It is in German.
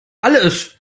alles